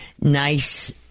nice